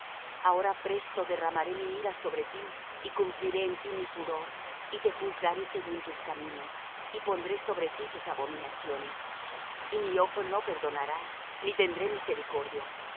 ahora presto derramaré mi ira sobre ti y cumpliré en ti mi furor y te juzgaré según tus caminos y pondré sobre ti tus abominaciones y mi ojo no perdonará ni tendré misericordia